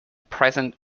present